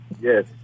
yes